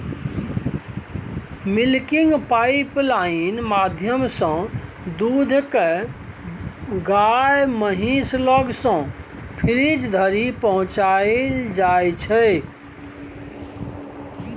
milking pipeline माध्यमसँ दुध केँ गाए महीस लग सँ फ्रीज धरि पहुँचाएल जाइ छै